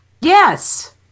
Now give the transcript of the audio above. Yes